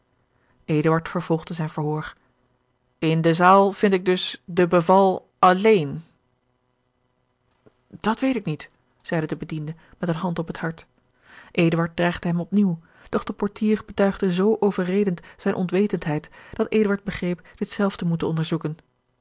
vervolgde zijn verhoor george een ongeluksvogel in de zaal vind ik dus de beval alleen dat weet ik niet zeide de bediende met de hand op het hart eduard dreigde hem op nieuw doch de portier betuigde z overredend zijne onwetendheid dat eduard begreep dit zelf te moeten onderzoeken